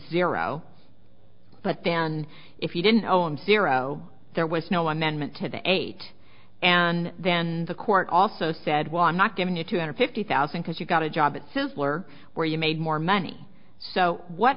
ciro but then if you didn't know him ciro there was no amendment to the eight and then the court also said well i'm not giving you two hundred fifty thousand because you've got a job at sizzler where you made more money so what